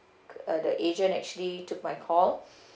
uh the agent actually took my call